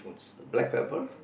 the black pepper